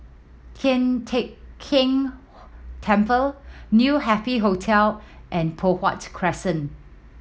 Tian Teck Keng Temple New Happy Hotel and Poh Huat Crescent